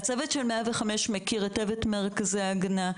הצוות של 105 מכיר היטב את מרכזי ההגנה.